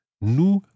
nous